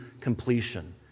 completion